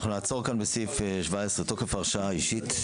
אנחנו נעצור בסעיף 17 - תוקף הרשאה אישית.